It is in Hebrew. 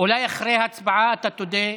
אולי אחרי ההצבעה אתה תודה?